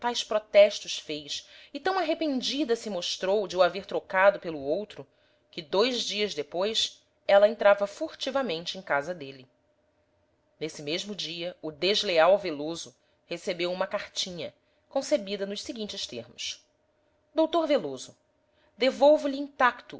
protestos fez e tão arrependida se mostrou de o haver trocado pelo outro que dois dias depois ela entrava furtivamente em casa dele nesse mesmo dia o desleal veloso recebeu uma cartinha concebida nos seguintes termos doutor veloso devolvo lhe intacto